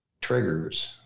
triggers